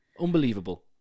Unbelievable